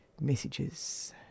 messages